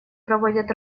проводят